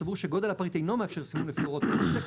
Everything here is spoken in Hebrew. הסבור שגודל הפריט אינו מאפשר סימון לפי הוראות פרק זה,